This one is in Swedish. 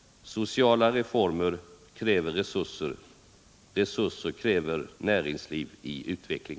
Sociala reformer kräver resurser. Resurser kräver näringsliv i utveckling.